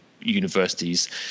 universities